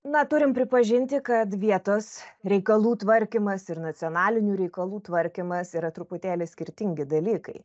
na turim pripažinti kad vietos reikalų tvarkymas ir nacionalinių reikalų tvarkymas yra truputėlį skirtingi dalykai